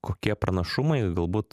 kokie pranašumai galbūt